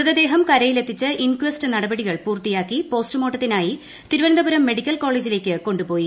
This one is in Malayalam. മൃതദേഹം കരയിൽ എത്തിച്ച് ഇൻക്വസ്റ്റ് നടപടികൾ പൂർത്തിയാക്കി പോസ്റ്റ്മോർട്ടത്തിനായി തിരുവനന്തപുരം മെഡിക്കൽ കോളേജിലേയ്ക്ക് കൊണ്ടുപോയി